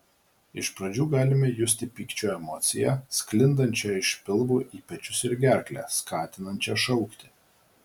iš pradžių galime justi pykčio emociją sklindančią iš pilvo į pečius ir gerklę skatinančią šaukti